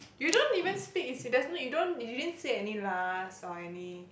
you don't even speak you don't you didn't say any lahs or any